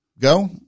go